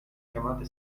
chiamate